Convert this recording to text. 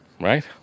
Right